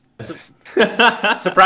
surprise